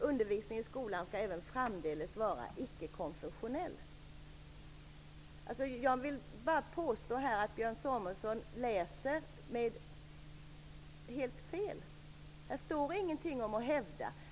Undervisningen i skolan skall även framdeles vara icke-konfessionell.'' Jag vill påstå att Björn Samuelson läser helt fel. Här står ingenting om att hävda.